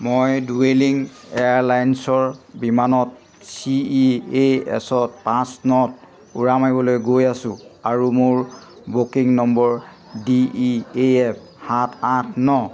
মই ডুয়েলিং এয়াৰলাইনছৰ বিমানত চি ই এছ পাঁচ নত উৰা মাৰিবলৈ গৈ আছোঁ আৰু মোৰ booking number D E A F সাত আঠ ন